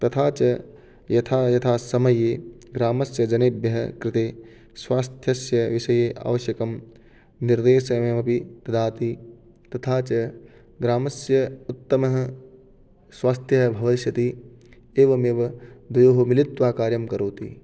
तथा च यथा यथा समये ग्रामस्य जनेभ्यः कृते स्वास्थ्यस्य विषये आवश्यकं निर्देशः अपि ददाति तथा च ग्रामस्य उत्तमः स्वास्थ्यं भविष्यति एवमेव द्वयोः मिलित्वा कार्यं करोति